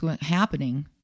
happening